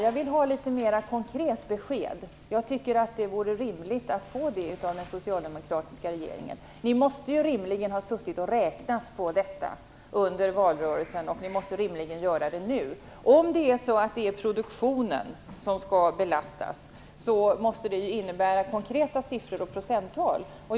Jag vill ha ett mera konkret besked om avgifterna. Jag tycker att det vore rimligt att få det av den socialdemokratiska regeringen. Ni måste rimligen ha suttit och räknat på detta under valrörelsen, och ni måste rimligen göra det nu. Om produktionen skall belastas, måste det innebära konkreta siffror och procenttal.